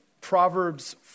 Proverbs